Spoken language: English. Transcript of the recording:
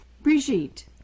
Brigitte